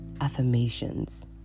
affirmations